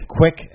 quick